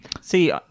See